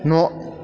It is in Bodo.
न'